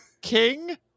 king